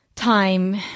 time